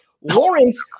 Lawrence